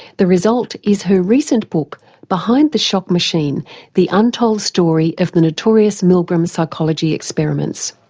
the result is her recent book behind the shock machine the untold story of the notorious milgram psychology experiments.